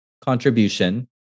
contribution